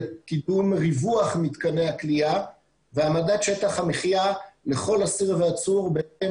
לכיוון ריווח מתקני הכליאה והעמדת שטח המחיה לכל אסיר ועצור בהתאם